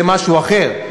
זה משהו אחר.